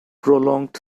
prolonged